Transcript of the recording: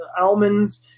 almonds